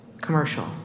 commercial